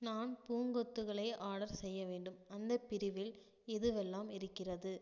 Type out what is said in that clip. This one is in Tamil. நான் பூங்கொத்துகளை ஆடர் செய்ய வேண்டும் அந்தப் பிரிவில் எதுவெல்லாம் இருக்கிறது